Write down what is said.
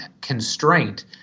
constraint